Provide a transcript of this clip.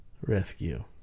Rescue